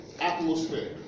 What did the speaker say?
atmosphere